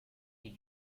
you